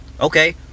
Okay